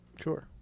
Sure